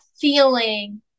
feeling